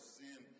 sin